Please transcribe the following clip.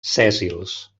sèssils